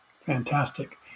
Fantastic